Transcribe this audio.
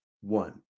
one